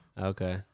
Okay